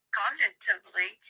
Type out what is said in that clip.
cognitively